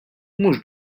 mhux